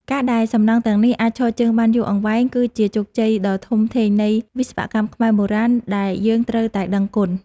ការដែលសំណង់ទាំងនេះអាចឈរជើងបានយូរអង្វែងគឺជាជោគជ័យដ៏ធំធេងនៃវិស្វកម្មខ្មែរបុរាណដែលយើងត្រូវតែដឹងគុណ។